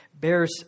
bears